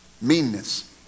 Meanness